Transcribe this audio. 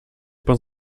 pan